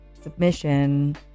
submission